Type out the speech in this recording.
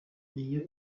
iyo